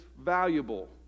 valuable